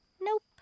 Nope